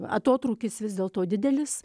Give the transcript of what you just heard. atotrūkis vis dėlto didelis